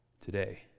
today